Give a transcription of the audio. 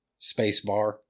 spacebar